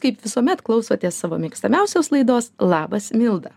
kaip visuomet klausotės savo mėgstamiausios laidos labas milda